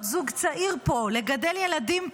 להיות זוג צעיר פה, לגדל ילדים פה.